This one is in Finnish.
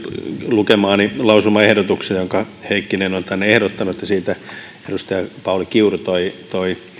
lukemaani lausumaehdotukseen jonka heikkinen on tänne ehdottanut ja siitä edustaja pauli kiuru toi toi